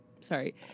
sorry